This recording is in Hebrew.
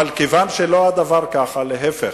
אבל כיוון שלא כך הדבר, להיפך,